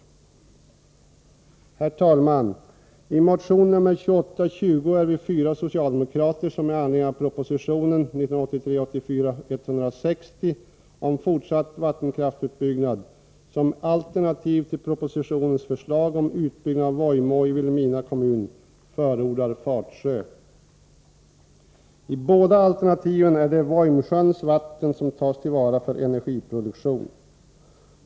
Herr talman! I motion 2820 är vi fyra socialdemokrater som med anledning av proposition 1983/84:160 om fortsatt vattenkraftsutbyggnad, som alternativ till propositionens förslag om utbyggnad av Vojmå i Vilhelmina kommun, förordar Fatsjö. I båda alternativen är det Vojmsjöns vatten som tas till vara för energiproduktion.